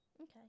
Okay